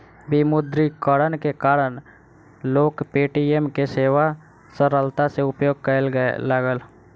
विमुद्रीकरण के कारण लोक पे.टी.एम के सेवा सरलता सॅ उपयोग करय लागल